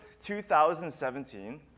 2017